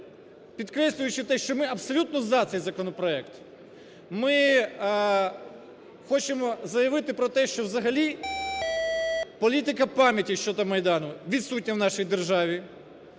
підкреслюючи те, що ми абсолютно за цей законопроект, ми хочемо заявити про те, що взагалі політика пам'яті щодо Майдану відсутня в нашій державі,